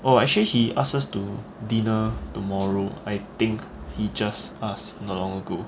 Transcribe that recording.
oh actually he asked us to dinner tomorrow I think he just asked not long ago